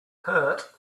hurt